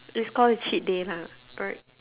it's call a cheat day lah